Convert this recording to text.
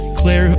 clear